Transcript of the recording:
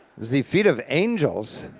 zee feet of angels?